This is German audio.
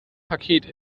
paket